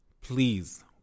Please